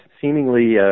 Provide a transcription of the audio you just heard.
seemingly